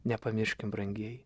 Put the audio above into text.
nepamirškim brangieji